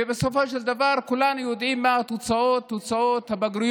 ובסופו של דבר כולנו יודעים מה תוצאות הבגרויות